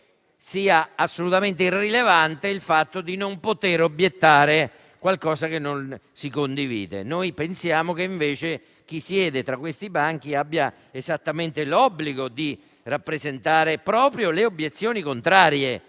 sia assolutamente irrilevante il fatto di non poter obiettare qualcosa che non si condivide. Noi pensiamo che chi siede tra questi banchi abbia invece esattamente l'obbligo di rappresentare proprio le obiezioni contrarie,